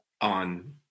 on